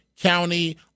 County